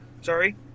Sorry